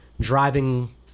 driving